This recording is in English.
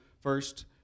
first